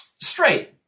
straight